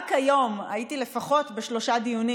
רק היום הייתי לפחות בשלושה דיונים,